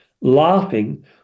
laughing